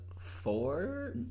four